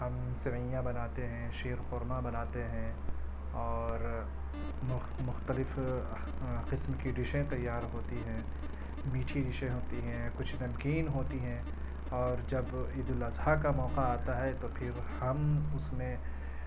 ہم سوئیاں بناتے ہیں شیر قورمہ بناتے ہیں اور مختلف قسم کی ڈشیں تیار ہوتی ہیں میٹھی ڈشیں ہوتی ہیں کچھ نمکین ہوتی ہیں اور جب عیدالاضحیٰ کا موقع آتا ہے تو پھر ہم اس میں